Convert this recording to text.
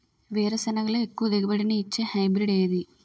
వేరుసెనగ లో ఎక్కువ దిగుబడి నీ ఇచ్చే హైబ్రిడ్ ఏది?